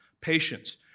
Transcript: Patience